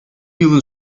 yılın